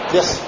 Yes